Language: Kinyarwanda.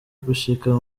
gushika